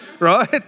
right